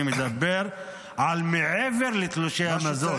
אני מדבר על מעבר לתלושי המזון.